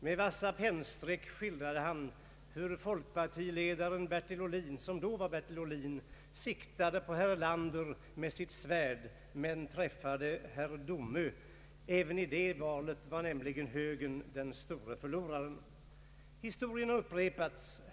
Med vassa pennstreck skildrade han hur dåvarande folkpartiledaren Bertil Ohlin siktade med sitt svärd på herr Erlander men träffade herr Domö. Även i det valet var nämligen högern den store förloraren. Historien har upprepats.